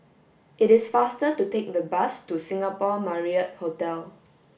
it is faster to take the bus to Singapore Marriott Hotel